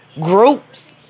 groups